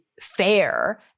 fair –